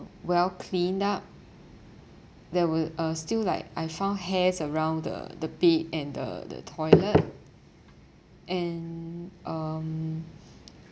well cleaned up there were uh still like I found hairs around the the bed and the the toilet and um